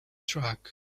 track